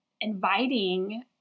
inviting